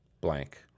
Blank